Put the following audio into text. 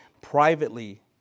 privately